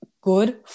good